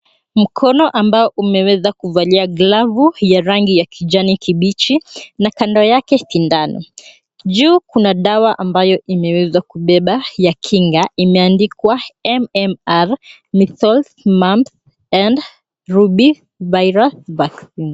Mkono ambao umeweza kuvalia glovu ya rangi ya kijani kibichi na kando yake sindano. Juu kuna dawa umeweza kubeba 'ya kinga' na imeandikwa M-M-R Measle And Rubella Virus Vaccine .